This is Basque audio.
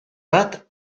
bat